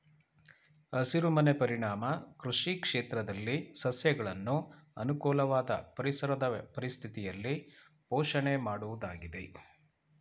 ಹಸಿರುಮನೆ ಪರಿಣಾಮ ಕೃಷಿ ಕ್ಷೇತ್ರದಲ್ಲಿ ಸಸ್ಯಗಳನ್ನು ಅನುಕೂಲವಾದ ಪರಿಸರದ ಪರಿಸ್ಥಿತಿಯಲ್ಲಿ ಪೋಷಣೆ ಮಾಡುವುದಾಗಿದೆ